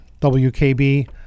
WKB